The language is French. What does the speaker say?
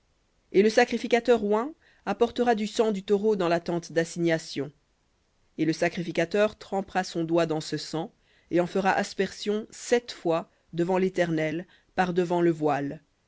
et le sacrificateur oint apportera du sang du taureau dans la tente dassignation et le sacrificateur trempera son doigt dans ce sang et en fera aspersion sept fois devant l'éternel par devant le voile